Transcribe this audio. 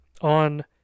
on